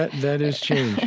but that is change. yeah.